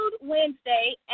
Wednesday